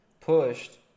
pushed